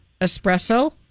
Espresso